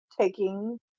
taking